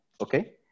okay